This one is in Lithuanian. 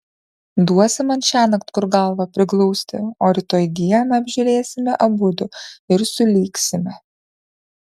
duosi man šiąnakt kur galvą priglausti o rytoj dieną apžiūrėsime abudu ir sulygsime